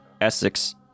Essex